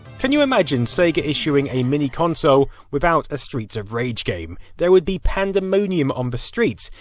can you imagine sega issuing a mini console without a streets of rage game? there would be pandemonium on the streets.